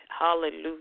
hallelujah